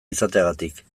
izateagatik